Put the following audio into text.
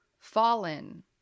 Fallen